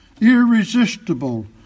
irresistible